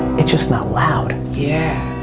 it's just not loud. yeah,